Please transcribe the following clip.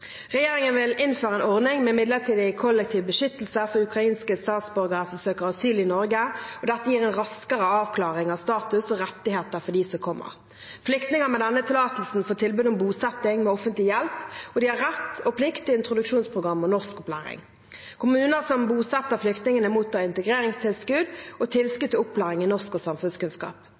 Regjeringen vil innføre en ordning med midlertidig kollektiv beskyttelse for ukrainske statsborgere som søker asyl i Norge. Dette gir en raskere avklaring av status og rettigheter for dem som kommer. Flyktninger med denne tillatelsen får tilbud om bosetting med offentlig hjelp. De har rett og plikt til introduksjonsprogram og norskopplæring. Kommuner som bosetter flyktninger, mottar integreringstilskudd og tilskudd til opplæring i norsk og samfunnskunnskap.